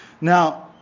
Now